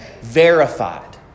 verified